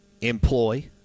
employ